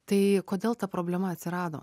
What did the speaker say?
tai kodėl ta problema atsirado